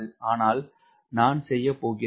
ஆனால் நான் செய்ய போகிறேன்